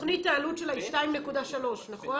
העלות של התוכנית היא 2.3, נכון?